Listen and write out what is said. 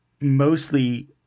mostly